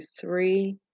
three